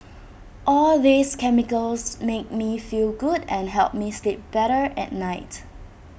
all these chemicals make me feel good and help me sleep better at night